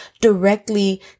directly